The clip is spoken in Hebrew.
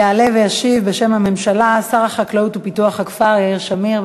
יעלה וישיב בשם הממשלה שר החקלאות ופיתוח הכפר יאיר שמיר,